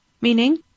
Meaning